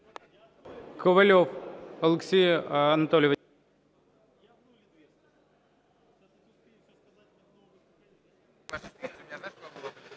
Ковальов Олексій Анатолійович.